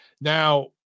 Now